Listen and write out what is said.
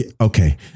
Okay